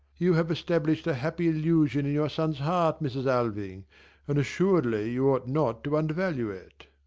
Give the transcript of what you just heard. you have established a happy illusion in your son's heart, mrs. alving and assuredly you ought not to undervalue it.